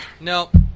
Nope